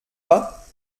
pas